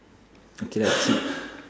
okay lah cheap